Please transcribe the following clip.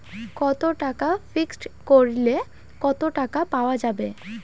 কত টাকা ফিক্সড করিলে কত টাকা পাওয়া যাবে?